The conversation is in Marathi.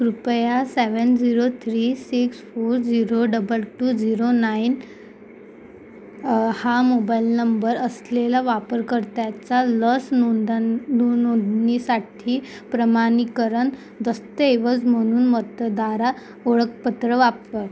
कृपया seven zero three six four zero double two zero nine हा मोबाईल नंबर असलेला वापरकर्त्याचा लस नोंदन नोंदणीसाठी प्रमाणीकरण दस्तऐवज म्हणून मतदार ओळखपत्र वापर